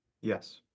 Yes